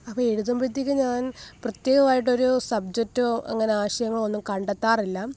അപ്പം എഴുതുമ്പോഴത്തേക്കും ഞാന് പ്രത്യേകമായിട്ടൊരു സബ്ജക്റ്റോ അങ്ങനെ ആശയങ്ങളോ ഒന്നും കണ്ടെത്താറില്ലാ